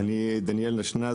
אני דניאל נשנז.